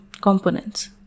components